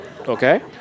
Okay